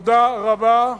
תודה רבה,